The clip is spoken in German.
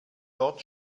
dort